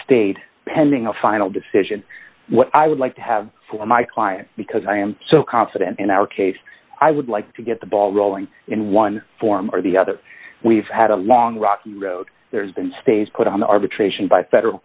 a final decision what i would like to have for my client because i am so confident in our case i would like to get the ball rolling in one form or the other we've had a long rocky road there's been stays put on the arbitration by federal